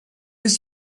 was